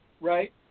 right